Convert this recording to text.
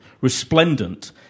resplendent